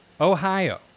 Ohio